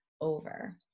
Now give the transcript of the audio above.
over